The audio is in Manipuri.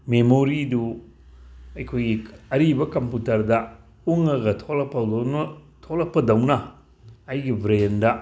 ꯃꯦꯃꯣꯔꯤꯗꯨ ꯑꯩꯈꯣꯏꯒꯤ ꯑꯔꯤꯕ ꯀꯝꯄꯨꯇ꯭ꯔꯗ ꯎꯨꯡꯉꯒ ꯊꯣꯛꯂꯛꯄꯗꯧꯅ ꯑꯩꯒꯤ ꯕ꯭ꯔꯦꯟꯗ